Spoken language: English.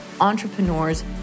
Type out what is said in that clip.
entrepreneurs